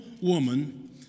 woman